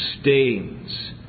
stains